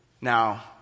Now